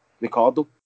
Ricardo